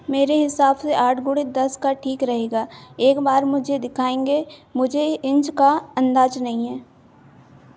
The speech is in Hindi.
मेरे हिसाब से आठ गुणे दस का ठीक रहेगा एक बार मुझे दिखाएंगे मुझे इंच का अंदाज़ नहीं है